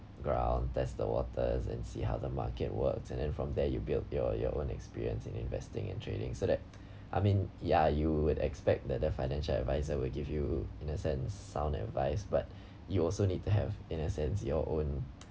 ground test the waters and then see how the market works and then from there you build your your own experience in investing and trading so that I mean ya you would expect that the financial adviser will give you in a sense sound advice but you also need to have in a sense your own